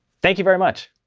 thank you very much.